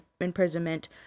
imprisonment